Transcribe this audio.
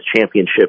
championship